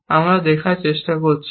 আমরা দেখার চেষ্টা করছি